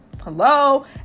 Hello